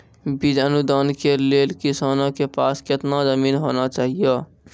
बीज अनुदान के लेल किसानों के पास केतना जमीन होना चहियों?